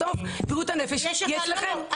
בסוף בריאות הנפש היא אצלכם.